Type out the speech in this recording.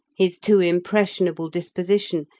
his too impressionable disposition,